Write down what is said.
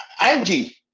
Angie